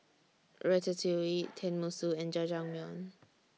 Ratatouille Tenmusu and Jajangmyeon